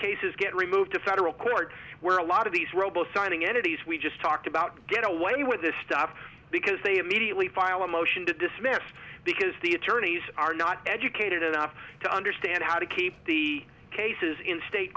cases get removed to federal court where a lot of these robo signing entities we just talked about get away with it stop because they immediately file a motion to dismiss because the attorneys are not educated enough to understand how to keep the cases in state